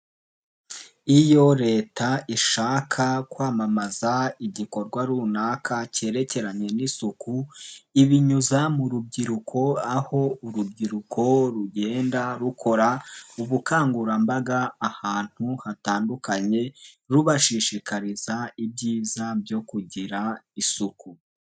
Iyo leta ishaka kwamamaza igikorwa runaka kerekeranye n'isuku ibinyuza mu rubyiruko aho urubyiruko rugenda rukora ubukangurambaga ahantu hatandukanye rubashishikariza ibyiza byo kugira isuku.